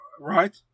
right